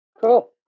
Cool